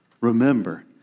Remember